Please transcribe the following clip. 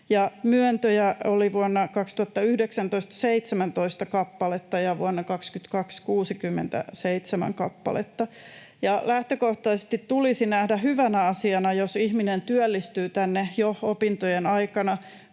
myöntöjä oli 17 kappaletta ja vuonna 22 oli 67 kappaletta. Lähtökohtaisesti tulisi nähdä hyvänä asiana, jos ihminen työllistyy tänne jo opintojen aikana,